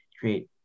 create